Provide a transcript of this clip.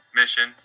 mission